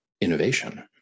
innovation